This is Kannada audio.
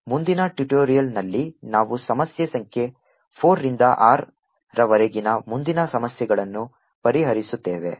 ಮುಂದಿನ ಟ್ಯುಟೋರಿಯಲ್ ನಲ್ಲಿ ನಾವು ಸಮಸ್ಯೆ ಸಂಖ್ಯೆ 4 ರಿಂದ 9 ರವರೆಗಿನ ಮುಂದಿನ ಸಮಸ್ಯೆಗಳನ್ನು ಪರಿಹರಿಸುತ್ತೇವೆ